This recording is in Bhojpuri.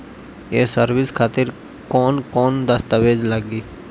ये सर्विस खातिर कौन कौन दस्तावेज लगी?